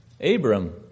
Abram